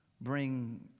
bring